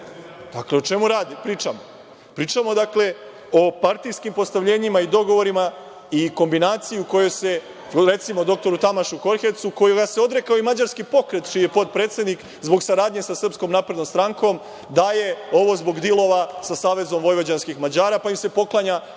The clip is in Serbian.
Dakle, o čemu pričamo? Pričamo, dakle, o partijskim postavljenima i dogovorima i kombinaciju u kojoj se, recimo, doktoru Tamašu Korhecu, koji vas se odrekao, i Mađarski pokret, čiji je potpredsednik, zbog saradnje sa Srpskom naprednom strankom, da je ovo zbog dilova sa SVM, pa im se poklanja